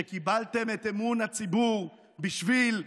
שקיבלתם את אמון הציבור בשביל עקרונות,